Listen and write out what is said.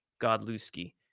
godlewski